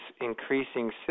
increasing